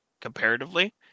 comparatively